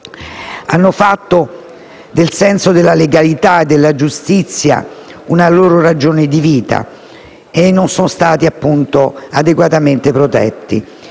Hanno fatto del senso della giustizia una loro ragione di vita e non sono stati, appunto, adeguatamente protetti.